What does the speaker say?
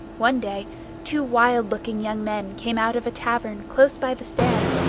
one day two wild-looking young men came out of a tavern close by the stand,